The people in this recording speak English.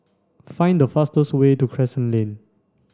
find the fastest way to Crescent Lane